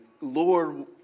Lord